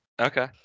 Okay